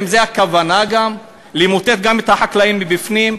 האם זו הכוונה, למוטט גם את החקלאים מבפנים?